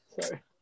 Sorry